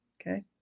okay